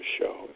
show